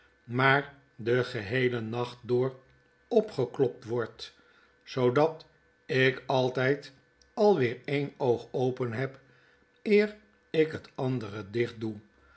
maar den geheelen nacht door opgeklopt word zoodat ik altyd alweer een oog open heb eer ik het andere dicht doe